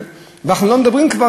ואנחנו לא מדברים כבר,